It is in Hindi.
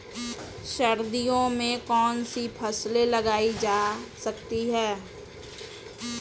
सर्दियों में कौनसी फसलें उगाई जा सकती हैं?